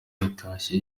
yatashye